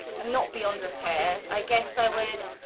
not beyond repair i guess i would.